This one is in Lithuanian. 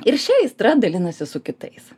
ir šia aistra dalinasi su kitais